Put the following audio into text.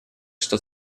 что